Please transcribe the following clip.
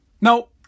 No